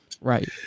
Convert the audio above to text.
Right